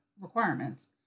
requirements